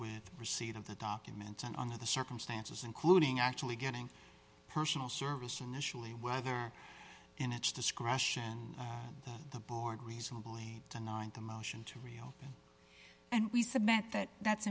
with receipt of the documents and under the circumstances including actually getting personal service initially whether in its discretion the board reasonably denying the motion to reopen and we submit that that's